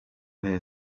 here